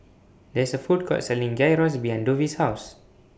There IS A Food Court Selling Gyros behind Dovie's House